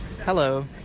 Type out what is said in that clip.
Hello